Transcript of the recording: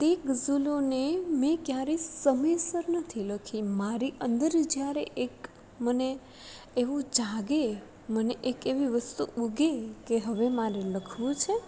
તે ગઝલોને મેં ક્યારેય સમયસર નથી લખી મારી અંદર જ્યારે એક મને એવું જાગે મને એક એવી વસ્તુ ઊગે કે હવે મારે લખવું છે